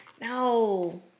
No